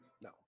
No